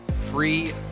free